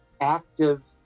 active